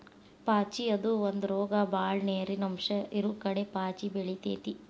ಪಾಚಿ ಅದು ಒಂದ ರೋಗ ಬಾಳ ನೇರಿನ ಅಂಶ ಇರುಕಡೆ ಪಾಚಿ ಬೆಳಿತೆತಿ